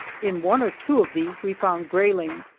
in one or two of these we found grayling,